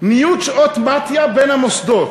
ניוד שעות מתי"א בין המוסדות.